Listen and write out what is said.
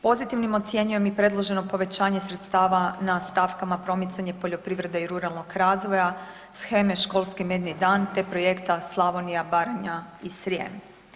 Pozitivnim ocjenjujem i predloženo povećanje sredstava na stavkama promicanje poljoprivrede i ruralnog razvoja, sheme „Školski medni dan“ te projekta „Slavonija, Baranja i Srijem“